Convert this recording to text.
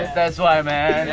that's why, man.